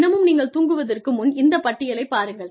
தினமும் நீங்கள் தூங்குவதற்கு முன் இந்த பட்டியலைப் பாருங்கள்